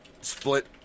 split